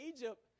Egypt